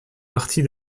partie